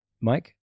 Mike